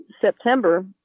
September